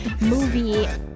movie